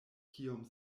kiom